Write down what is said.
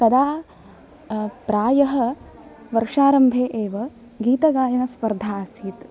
तदा प्रायः वर्षारम्भे एव गीतगायनस्पर्धा आसीत्